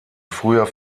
früher